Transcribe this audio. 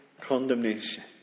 condemnation